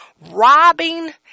robbing